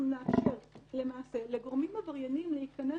אנחנו נאפשר למעשה לגורמים עברייניים להיכנס